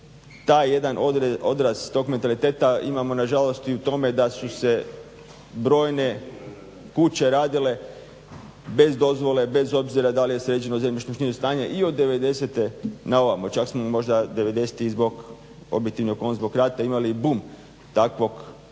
Taj jedan odraz tog mentaliteta imamo nažalost i u tome da su se brojne kuće radile bez dozvole, bez obzira da li je sređeno zemljišno-knjižno stanje i od '90. na ovamo, čak smo možda '90.-tih zbog … imali bum takve